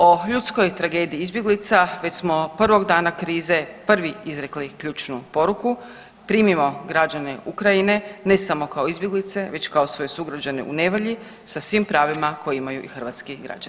O ljudskoj tragediji izbjeglica već smo prvog dana krize prvi izrekli ključnu poruku primimo građane Ukrajine ne samo kao izbjeglice već kao svoje sugrađane u nevolji sa svim pravima koje imaju i hrvatski građani.